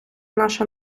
наша